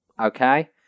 okay